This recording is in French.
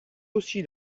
aussi